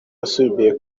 yasimbuye